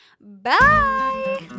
Bye